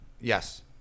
Yes